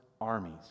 armies